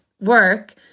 work